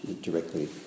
directly